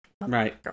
Right